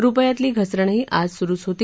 रुपयातली धसरणही आज सुरूच होती